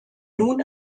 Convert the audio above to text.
nun